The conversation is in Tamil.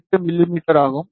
8 மிமீ ஆகும்